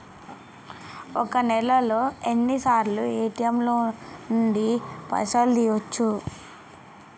ఒక్క నెలలో ఎన్నిసార్లు ఏ.టి.ఎమ్ నుండి పైసలు తీయచ్చు?